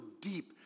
deep